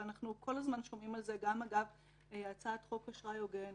ואנחנו כל הזמן שומעים על זה גם אגב הצעת חוק אשראי הוגן,